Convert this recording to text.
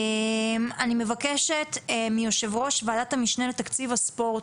אני מבקשת מיו"ר ועדת המשנה לתקציב הספורט,